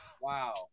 Wow